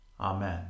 Amen